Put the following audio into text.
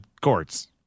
court's